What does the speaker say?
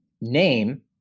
name